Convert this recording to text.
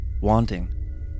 wanting